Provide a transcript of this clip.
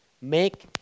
make